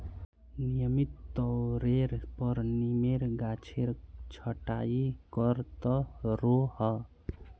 नियमित तौरेर पर नीमेर गाछेर छटाई कर त रोह